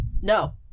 No